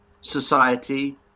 society